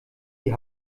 die